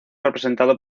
representado